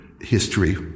history